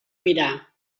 mirar